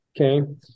Okay